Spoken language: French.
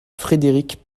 frédéric